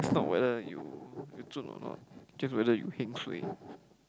it's not whether you you chun or not just whether you heng suay